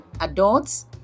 adults